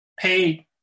paid